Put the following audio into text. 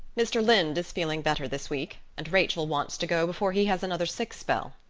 mr. lynde is feeling better this week and rachel wants to go before he has another sick spell.